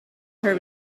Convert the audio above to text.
her